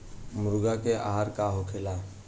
मुर्गी के आहार का होखे?